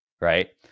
right